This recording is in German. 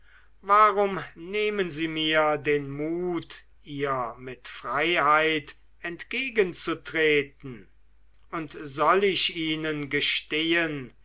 warum nehmen sie mir den mut ihr mit freiheit entgegenzutreten und soll ich ihnen gestehen